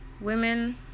women